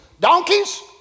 Donkeys